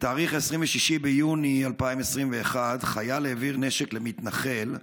בתאריך 26 ביוני 2021 חייל העביר נשק למתנחל,